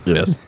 Yes